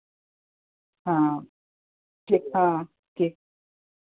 हाँ ठीक हाँ ठीक